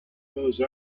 those